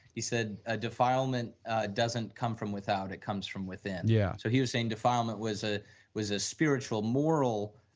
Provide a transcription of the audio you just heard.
he said ah defilement doesn't come from without, it comes from within. yeah so, he was saying defilement was ah was a spiritual moral